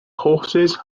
horses